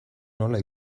nola